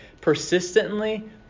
persistently